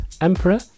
Emperor